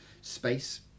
space